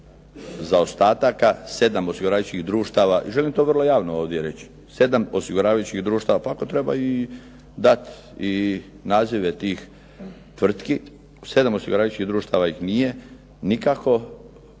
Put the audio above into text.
zaostataka sedam osiguravajućih društava. Želim to vrlo javno ovdje reći, sedam osiguravajućih društava, pa ako treba i dati nazive tih tvrtki. Sedam osiguravajućih društava ih nije nikako od 1.1.